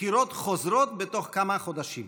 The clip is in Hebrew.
בחירות חוזרות בתוך כמה חודשים.